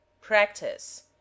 practice